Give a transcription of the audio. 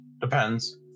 Depends